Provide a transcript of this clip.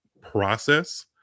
process